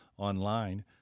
online